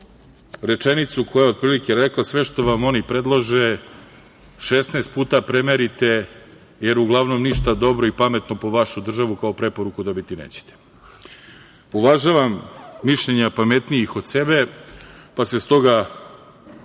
rečenicu koja je otprilike rekla, sve što vam oni predlažu, 16 puta premerite, jer uglavnom, ništa dobro i pametno po vašu državu kao preporuku dobiti nećete. Uvažavam mišljenja pametnijih od sebe, pa se toga